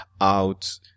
out